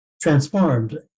transformed